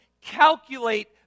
Calculate